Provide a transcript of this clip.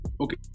Okay